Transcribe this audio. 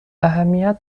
اهمیت